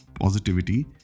Positivity